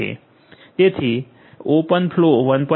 તેથી ઓપનફ્લો 1